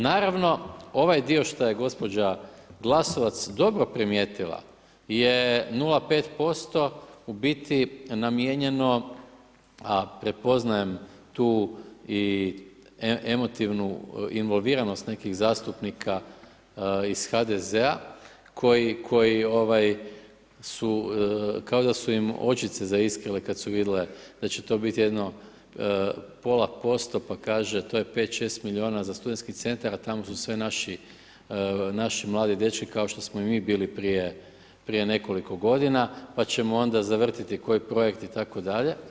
Naravno, ovaj dio šta je gospođa Glasovac dobro primijetila je 0,5%, u biti namijenjeno a prepoznajem tu i emotivnu involviranost nekih zastupnika HDZ-a koji su kada su im očice zaiskrile kad su vidjeli da će to biti jedno pola posto pa kaže, to je 5, 6 milijuna za SC a tamo sve naši mladi dečki kao što smo i mi bili prije nekoliko godina pa ćemo onda zavrtiti koji projekt itd.